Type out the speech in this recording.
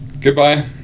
Goodbye